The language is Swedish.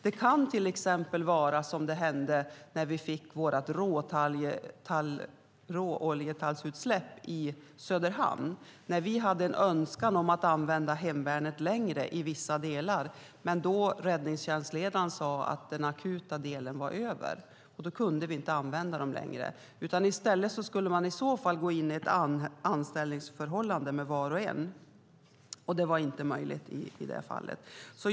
Det kan till exempel handla om det som hände när vi fick vårt råtalloljeutsläpp i Söderhamn. Vi hade en önskan om att använda hemvärnet längre i vissa delar, men räddningsledare sade att den akuta delen var över, och då kunde vi inte använda dem längre. I så fall skulle man ha gått in i ett anställningsförhållande med var och en, och det var inte möjligt i det fallet.